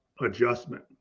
adjustment